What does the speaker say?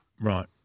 Right